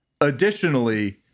Additionally